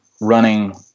running